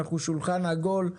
אנחנו שולחן עגול,